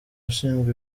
ushinzwe